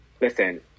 listen